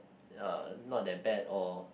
uh not that bad or